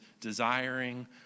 desiring